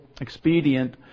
expedient